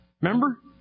Remember